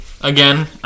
again